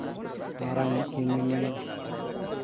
ᱢᱟᱨᱟᱝ ᱤᱡ ᱠᱤᱢᱤᱱᱤᱧ